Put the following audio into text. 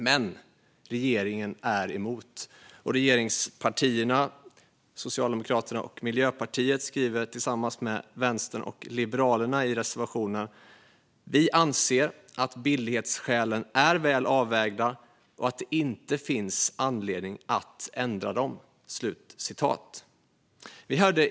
Men regeringen är emot, och regeringspartierna, Socialdemokraterna och Miljöpartiet, skriver tillsammans med Vänstern och Liberalerna i reservationen att de anser att billighetsskälen är väl avvägda och att det inte finns anledning att ändra dem. Fru talman!